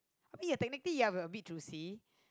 I mean ya technically ya we were a bit choosy